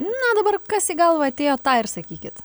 na dabar kas į galvą atėjo tą ir sakykit